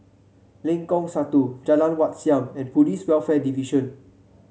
Lengkong Satu Jalan Wat Siam and Police Welfare Division